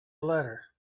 letter